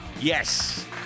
Yes